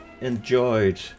enjoyed